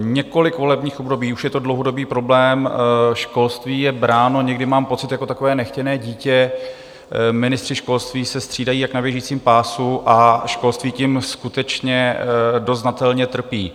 Několik volebních období už je to dlouhodobý problém, školství je bráno, někdy mám pocit, jako takové nechtěné dítě, ministři školství se střídají jak na běžícím pásu a školství tím skutečně dost znatelně trpí.